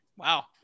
Wow